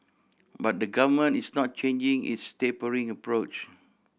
but the Government is not changing its tapering approach